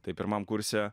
tai pirmam kurse